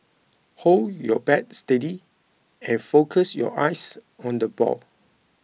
hold your bat steady and focus your eyes on the ball